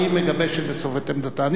אבל היא מגבשת בסוף את עמדתה.